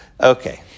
Okay